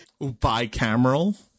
Bicameral